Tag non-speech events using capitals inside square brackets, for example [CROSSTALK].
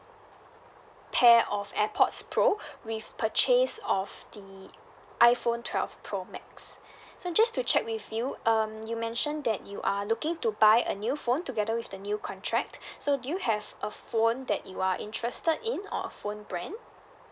pair of airpods pro [BREATH] with purchase of the iphone twelve pro max [BREATH] so just to check with you um you mention that you are looking to buy a new phone together with the new contract so do you have a phone that you are interested in or phone brand